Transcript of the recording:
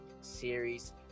series